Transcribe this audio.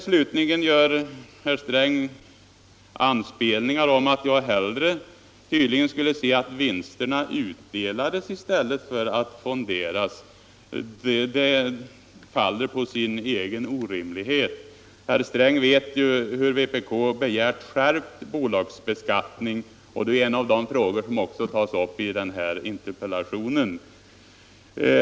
Slutligen gör herr Sträng anspelningar om att jag tydligen hellre skulle se att vinsterna utdelades i stället för att fonderas. Det faller på sin egen orimlighet. Herr Sträng vet ju att vpk begärt skärpt bolagsbeskattning, och det är också en av de frågor som tagits upp i interpellationen.